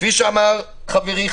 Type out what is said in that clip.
כפי שאמר חברי,